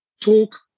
talk